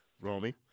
Romy